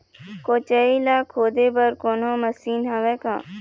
कोचई ला खोदे बर कोन्हो मशीन हावे का?